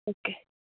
okay